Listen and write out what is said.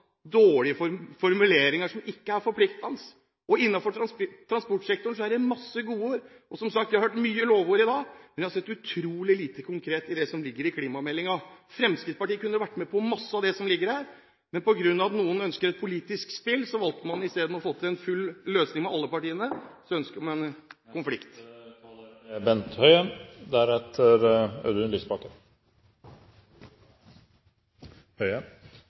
dårlige formuleringer som ikke er forpliktende? Innenfor transportsektoren er det masse godord, og jeg har hørt mange lovord i dag, som sagt. Men jeg har sett utrolig lite konkret i det som ligger i klimameldingen. Fremskrittspartiet kunne vært med på masse av det som ligger der, men på grunn av at noen ønsker et politisk spill, valgte man istedenfor å få til en full løsning med alle partiene, å ønske en konflikt.